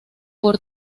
por